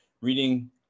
reading